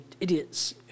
idiots